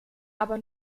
aber